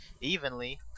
evenly